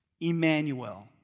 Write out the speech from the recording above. Emmanuel